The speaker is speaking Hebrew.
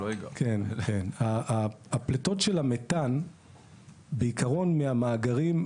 הפליטות של המתאן בעיקרון מהמאגרים,